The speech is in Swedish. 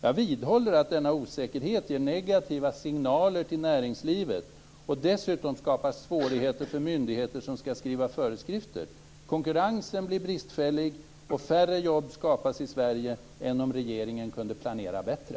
Jag vidhåller att denna osäkerhet ger negativa signaler till näringslivet. Dessutom skapas svårigheter för myndigheter som skall skriva föreskrifter. Konkurrensen blir bristfällig och färre jobb skapas i Sverige än om regeringen kunde planera bättre.